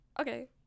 okay